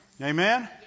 Amen